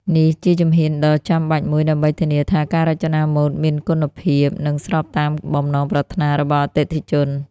នេះជាជំហានដ៏ចាំបាច់មួយដើម្បីធានាថាការរចនាម៉ូដមានគុណភាព និងស្របតាមបំណងប្រាថ្នារបស់អតិថិជន។